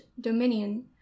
dominion